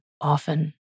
often